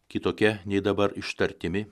kitokia nei dabar ištartimi